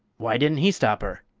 why didn't he stop her?